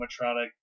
animatronic